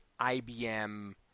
IBM